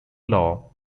law